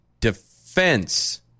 Defense